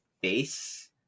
base